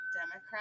democrat